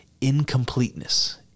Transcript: Incompleteness